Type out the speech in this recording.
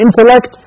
intellect